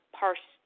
parse